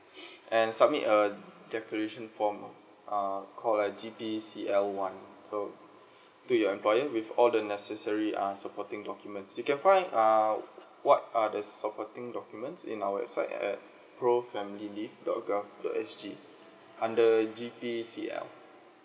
and submit a declaration form err call a G_P_C_L one so to your employer with all the necessary uh supporting documents you can find err what are the supporting documents in our website at pro family leave dot gov dot S G under G_B_C_L